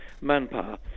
manpower